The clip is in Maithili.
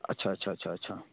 अच्छा अच्छा अच्छा अच्छा